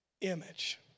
image